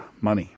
Money